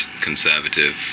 conservative